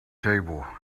table